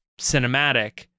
cinematic